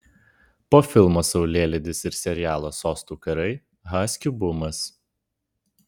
po filmo saulėlydis ir serialo sostų karai haskių bumas